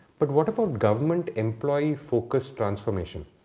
but what about government employee focus transformation?